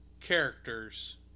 characters